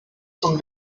zum